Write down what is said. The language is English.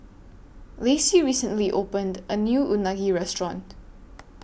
Lacey recently opened A New Unagi Restaurant